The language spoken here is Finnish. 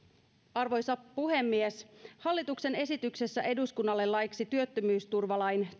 arvoisa puhemies hallituksen esityksessä eduskunnalle laeiksi työttömyysturvalain